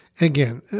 again